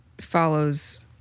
follows